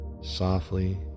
softly